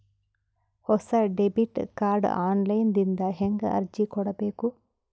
ಹೊಸ debit card online ದಿಂದ ಹೇಂಗ ಅರ್ಜಿ ಕೊಡಬೇಕು?